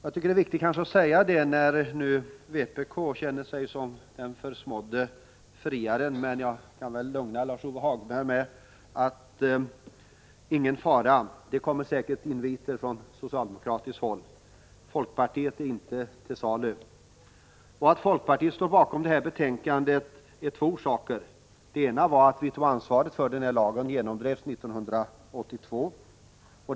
Det är viktigt att säga detta när nu vpk känner sig som den försmådde friaren. Jag kan lugna Lars-Ove Hagberg med att det inte är någon fara, för det kommer säkert inviter från socialdemokratiskt håll. Men folkpartiet är inte till salu! Att folkpartiet står bakom detta betänkande har två orsaker. Det ena är att vi tar ansvaret för att lagen genomdrevs 1982.